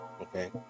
Okay